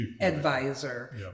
advisor